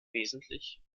wesentlich